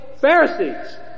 Pharisees